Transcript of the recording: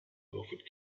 wilfred